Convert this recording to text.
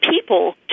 people